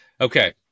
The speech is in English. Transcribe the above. Okay